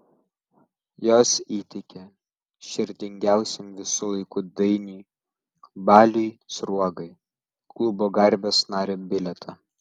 jos įteikė širdingiausiam visų laikų dainiui baliui sruogai klubo garbės nario bilietą